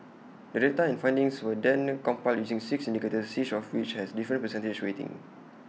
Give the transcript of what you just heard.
the data and findings were then compiled using six indicators each of which has A different percentage weighting